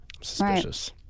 suspicious